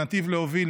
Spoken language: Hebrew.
הנתיב להוביל,